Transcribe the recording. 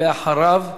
ואחריו,